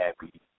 happy